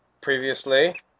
Previously